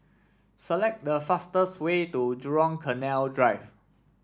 select the fastest way to Jurong Canal Drive